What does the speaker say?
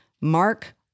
Mark